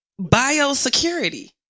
biosecurity